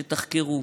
שתחקרו,